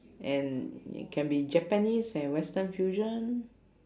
and can be japanese and western fusion